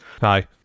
Hi